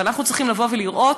ואנחנו צריכים לבוא ולראות,